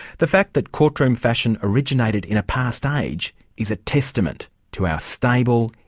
the fact that courtroom fashion originated in a past age is a testament to our stable,